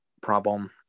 problem